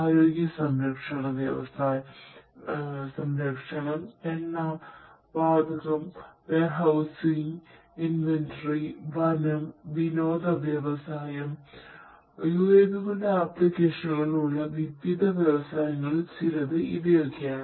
ആരോഗ്യ സംരക്ഷണ വ്യവസായം എണ്ണ വാതകം വെയർഹൌസിംഗ് ഉള്ള വിവിധ വ്യവസായങ്ങളിൽ ചിലത് ഇവയൊക്കെയാണ്